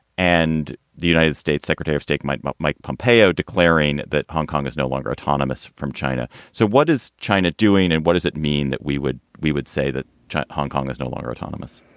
and the united states secretary of state mike mike mike pompeo, declaring that hong kong is no longer autonomous from china. so what is china doing and what does it mean that we would we would say that hong kong is no longer autonomous?